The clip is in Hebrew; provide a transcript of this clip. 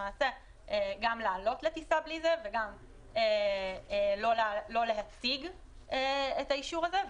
למעשה גם לעלות לטיסה בלי זה וגם לא להציג את האישור הזה,